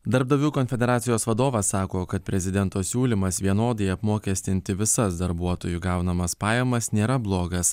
darbdavių konfederacijos vadovas sako kad prezidento siūlymas vienodai apmokestinti visas darbuotojų gaunamas pajamas nėra blogas